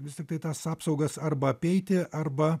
vis tiktai tas apsaugas arba apeiti arba